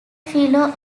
fellow